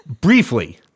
Briefly